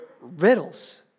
riddles